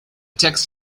text